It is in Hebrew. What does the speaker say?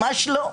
ממש לא.